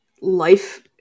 life